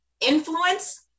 influence